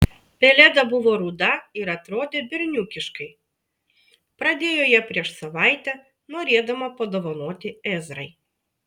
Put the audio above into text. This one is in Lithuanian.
pelėda buvo ruda ir atrodė berniukiškai pradėjo ją prieš savaitę norėdama padovanoti ezrai